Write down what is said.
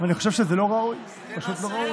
אני חושב שזה לא ראוי, פשוט לא ראוי.